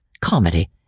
comedy